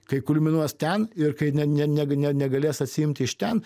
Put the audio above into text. kai kulminuos ten ir kai ne ne negalės atsiimt iš ten